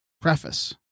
Preface